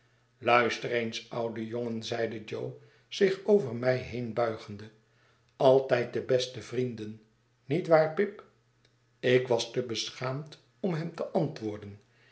luister eens oude jongen zeide jo zich over mij heen buigende altijd de beste vrienden niet waar pip ik was te beschaamd om hem te antwoorden